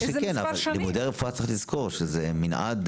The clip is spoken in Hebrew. מה שכן, צריך לזכור שלימודי רפואה זה מנעד